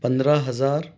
پندرہ ہزار